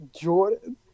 Jordan